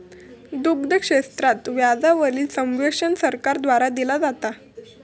दुग्ध क्षेत्रात व्याजा वरील सब्वेंशन सरकार द्वारा दिला जाता